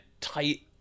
tight